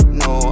no